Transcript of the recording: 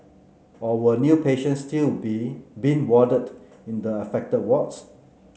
or were new patients still being be warded in the affected wards